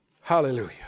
Hallelujah